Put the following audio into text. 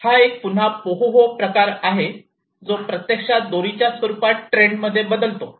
हाच एक पुन्हा पाहोहो प्रकार आहे जो प्रत्यक्षात दोरीच्या स्वरूपाच्या ट्रेंडमध्ये बदलतो